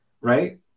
Right